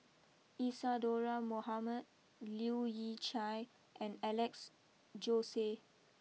Isadhora Mohamed Leu Yew Chye and Alex Josey